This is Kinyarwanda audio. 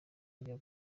rya